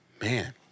Man